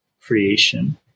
creation